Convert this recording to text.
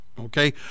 Okay